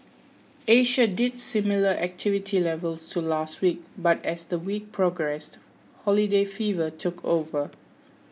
Asia did see similar activity levels to last week but as the week progressed holiday fever took over